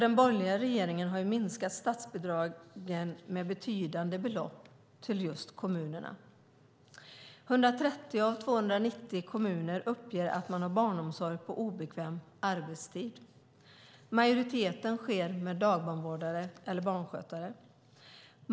Den borgerliga regeringen har minskat statsbidragen med betydande belopp till just kommunerna. 130 av 290 kommuner uppger att de har barnomsorg på obekväm arbetstid. Majoriteten av den sker med dagbarnvårdare eller barnskötare.